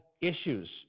issues